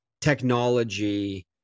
technology